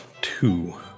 two